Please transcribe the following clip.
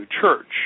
Church